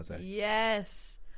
yes